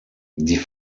die